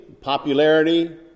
popularity